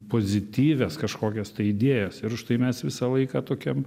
pozityvias kažkokias idėjas ir už tai mes visą laiką tokiam